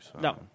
No